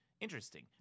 Interesting